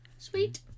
Sweet